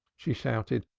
she shouted.